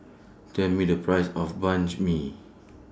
Tell Me The Price of MI